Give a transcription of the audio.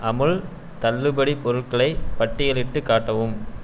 அமுல் தள்ளுபடிப் பொருட்களை பட்டியலிட்டுக் காட்டவும்